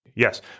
Yes